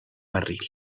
barril